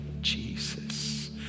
Jesus